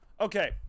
Okay